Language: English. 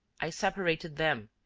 i separated them,